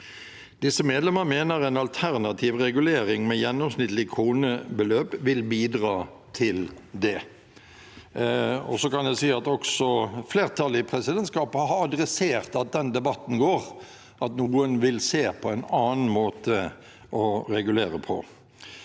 Disse medlemmer mener en alternativ regulering med gjennomsnittlig kronebeløp vil bidra til det.» Jeg kan si at også flertallet i presidentskapet har tatt opp at den debatten går, og at noen vil se på en annen måte å regulere på.